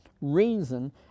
reason